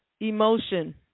Emotion